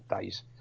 days